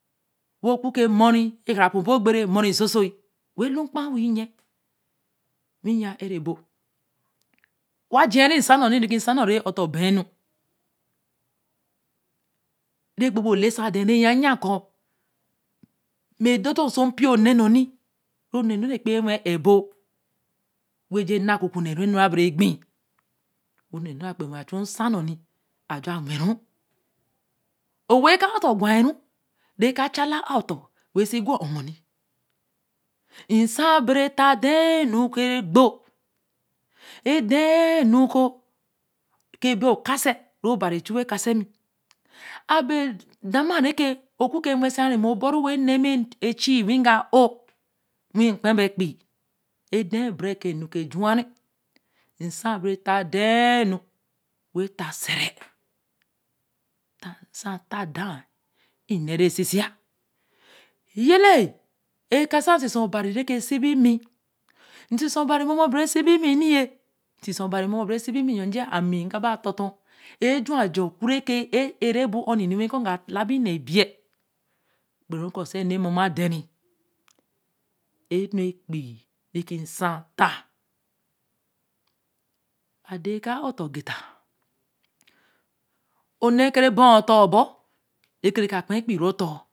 Wo ku ke more koo kara po bo pe re more sosoyi wen lu kpa wei yen, wei yen are bo wa jiyere nsan, re ki nsan nu re otor bel nu, re gbo-gbo ole sa da. re ye yen koo, mme dordo so npio o neē nn̄i nī. ru nnē nni ē be ye wen ebo, wen ju e na kuku naru enu ra bere pei o nēe nu be wen chu nsan nn̄o wa juh wen ru, o wey eka oto gwa ru, re ka cha la aton wen se gwa ho mo, nsan bere ta daa nu re ke re gbo, daa nu koo bo kase re obari chu wa ka se mi a be da ma re ke o ku ke wense mi mo bo ru wen nee e chii weiga or wei kpe be epeir, edāa bere kēe na bea ju ware nsan bereta dāa nu wen ta sa rāa nsan ta dāa wi nee re sesaya eye lēe, rekoō se sesāa obari reke sabi mi nsesaā obari momo be rebe sebi mi ye nsesa obari be reke sebi mi, njee, nje ami ka ba yon ton eju aja o ku relse ē ē ra ebo, wei koo labi enee ebei, gbereru kōo sāa ru re mona. deree, e nu epeii re ka nsan ta, a den eka ō to geta, aee re kere ba o tin o bot re kara kpe epeii ru ton.